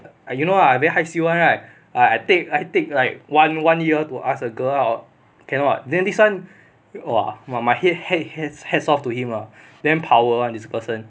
ah you know I very 害羞 [one] right I take I take like one one year to ask a girl out cannot then this one !wah! my ha~ ha~ ha~ hats off to him ah damn power this person